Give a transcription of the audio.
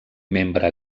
membre